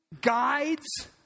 guides